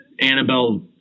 Annabelle